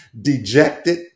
dejected